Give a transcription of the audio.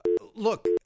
look